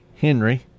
Henry